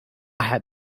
had